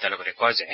তেওঁ লগতে কয় যে